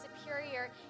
superior